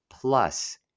plus